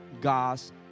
God's